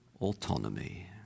autonomy